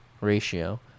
Ratio